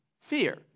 Fear